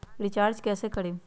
Recharge कैसे करीब?